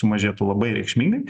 sumažėtų labai reikšmingai